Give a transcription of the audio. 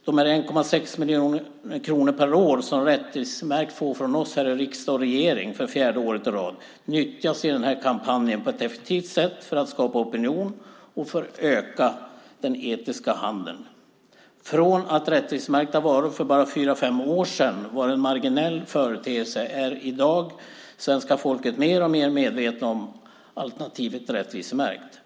De 1,6 miljoner kronor per år som Rättvisemärkt får från oss här i riksdagen och från regeringen för fjärde året i rad nyttjas i denna kampanj på ett effektivt sätt för att skapa opinion för en ökad etisk handel. Från att rättvisemärkta varor för bara fyra fem år sedan var en marginell företeelse är svenska folket i dag mer och mer medvetet om alternativet rättvisemärkt.